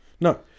No